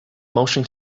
motion